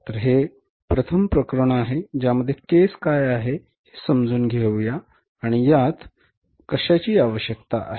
तर हे प्रथम प्रकरण आहे ज्यामध्ये केस काय आहे हे समजून घेऊया आणि यात कशाची आवश्यकता आहे